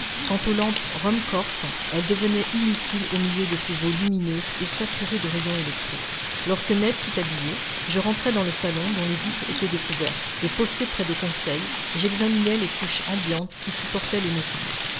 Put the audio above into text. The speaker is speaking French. quant aux lampes ruhmkorff elles devenaient inutiles au milieu de ces eaux lumineuses et saturées de rayons électriques lorsque ned fut habillé je rentrai dans le salon dont les vitres étaient découvertes et posté près de conseil j'examinai les couches ambiantes qui supportaient le nautilus